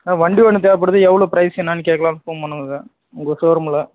ஆ வண்டி ஒன்று தேவைபடுது எவ்வளோ ப்ரைஸு என்னான்னு கேட்கலான்னு ஃபோன் பண்ணுனனு சார் உங்கள் ஷோ ரூம்மில்